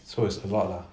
so it's a lot lah